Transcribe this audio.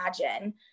imagine